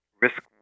risk